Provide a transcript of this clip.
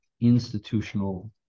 institutional